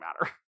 matter